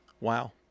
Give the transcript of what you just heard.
wow